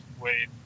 wait